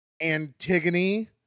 Antigone